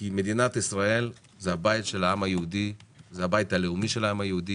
כי מדינת ישראל זה הבית הלאומי של העם היהודי